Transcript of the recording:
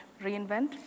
reInvent